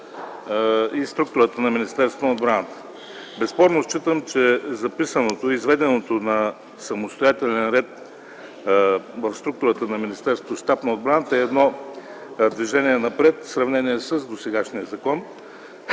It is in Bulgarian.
и структурата на Министерството на отбраната. Безспорно смятам, че изведеният на самостоятелен ред в структурата на министерството Щаб на отбраната е едно движение напред в сравнение с досегашния закон.